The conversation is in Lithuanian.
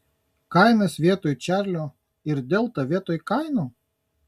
kainas vietoj čarlio ir delta vietoj kaino